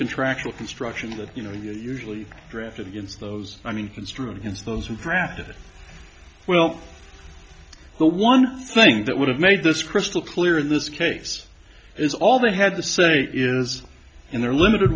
contractual construction that you know usually drafted against those i mean construed into those who drafted well the one thing that would have made this crystal clear in this case is all they had to say is in their limited